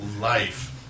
life